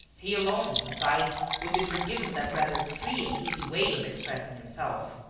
he alone, besides, would be forgiven that rather free and easy way of expressing himself.